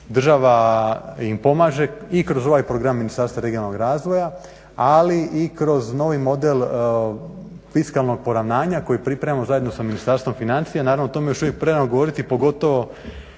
država im pomaže i kroz ovaj program Ministarstva regionalnog razvoja, ali i kroz novi model fiskalnog poravnanja koji pripremamo zajedno sa Ministarstvom financija. Naravno, o tome je još uvijek prerano govoriti, pogotovo